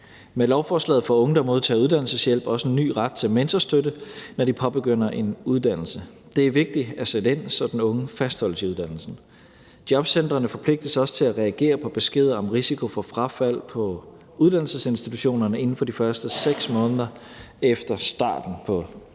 Med lovforslaget får unge, der modtager uddannelseshjælp, også en ny ret til mentorstøtte, når de påbegynder en uddannelse. Det er vigtigt at sætte ind, så den unge fastholdes i uddannelsen. Jobcentrene forpligtes også til at reagere på beskeder om risiko for frafald på uddannelsesinstitutionerne inden for de første 6 måneder efter starten på uddannelsen.